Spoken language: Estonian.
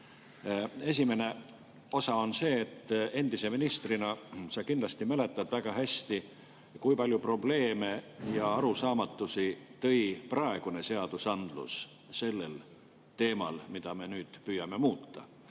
Esimene osa on see, et endise ministrina sa kindlasti mäletad väga hästi, kui palju probleeme ja arusaamatusi tõi praegune seadusandlus selles teemas, mida me nüüd püüame muuta.